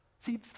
See